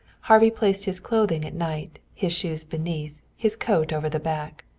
harvey placed his clothing at night, his shoes beneath, his coat over the back.